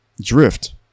Drift